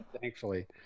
Thankfully